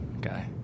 guy